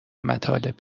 مطالب